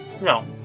No